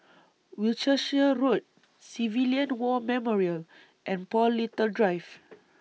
Wiltshire Road Civilian War Memorial and Paul Little Drive